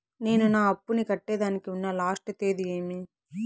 నేను నా అప్పుని కట్టేదానికి ఉన్న లాస్ట్ తేది ఏమి?